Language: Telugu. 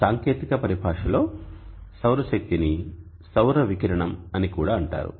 సాంకేతిక పరిభాషలో సౌరశక్తిని "సౌర వికిరణం" అని కూడా అంటారు